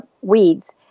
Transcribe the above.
weeds